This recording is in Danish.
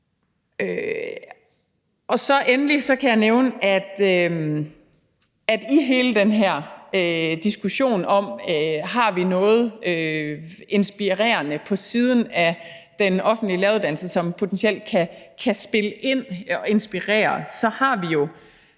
Endelig kan jeg nævne, at vi jo, i forhold til hele den her diskussion om, om vi har noget inspirerende på siden af den offentlige læreruddannelse, som potentielt kan spille ind og inspirere, allerede